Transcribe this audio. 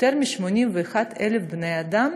יותר מ-81,000 בני-אדם,